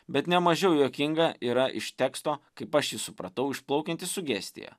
bet nemažiau juokinga yra iš teksto kaip aš jį supratau išplaukianti sugestija